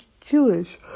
Jewish